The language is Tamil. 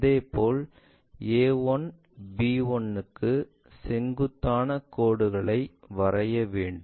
அதேபோல் a1 b1 க்கு செங்குத்தான கோடுகளை வரைய வேண்டும்